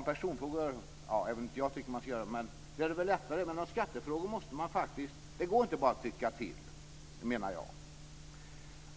I personfrågor är det väl lättare, även om inte jag tycker att man ska göra det, men i skattefrågor menar jag att det inte går att bara tycka till.